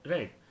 Right